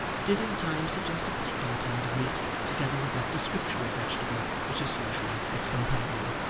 did in time suggest a particular kind of meat together with that description of vegetable which is usually its companion.